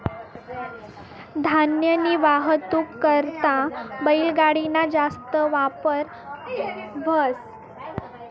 धान्यनी वाहतूक करता बैलगाडी ना जास्त वापर व्हस